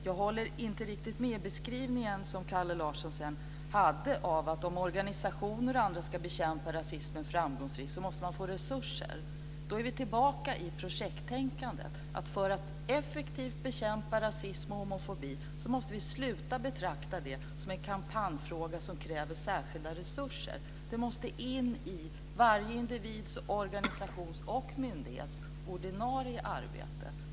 Jag håller inte riktigt med den beskrivning som Kalle Larsson sedan gjorde att om organisationer och andra ska bekämpa rasismen framgångsrikt måste de får resurser. Då är vi tillbaka i projekttänkandet. För att effektivt bekämpa rasism och homofobi måste vi sluta att betrakta det som en kampanjfråga som kräver särskilda resurser. Det måste in i varje individs, organisations och myndighets ordinarie arbete.